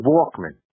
Walkman